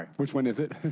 which one is it?